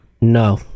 No